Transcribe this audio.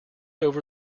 over